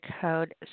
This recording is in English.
code